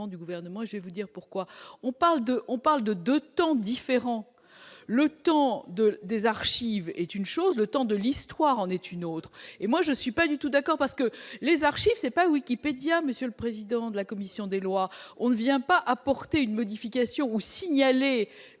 du gouvernement et je vais vous dire pourquoi on parle de on parle de 2 temps différents, le temps de l'des archives est une chose Le Temps de l'histoire en est une autre et moi je suis pas du tout d'accord, parce que les archives, ce n'est pas Wikipédia, monsieur le président de la commission des lois, on ne vient pas apporter une modification ou signaler